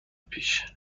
پیش